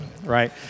Right